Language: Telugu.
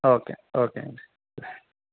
ఓకే ఓకే అండి